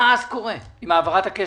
מה קורה אז עם העברת הכסף?